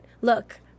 look